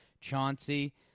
Chauncey